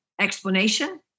explanation